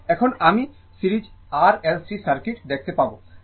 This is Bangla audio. এখন আমি series R L C circuit দেখতে পাব